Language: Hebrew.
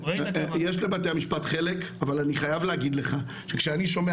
יש לבתי המשפט חלק אבל אני חייב להגיד לך שכשאני שומע